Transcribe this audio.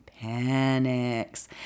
panics